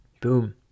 boom